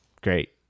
great